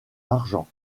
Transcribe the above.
argent